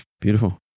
Beautiful